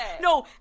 No